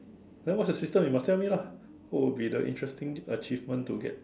then what's the system you must tell me lah who will be the interesting achievement to get